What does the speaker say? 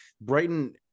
Brighton